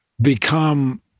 become